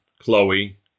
Chloe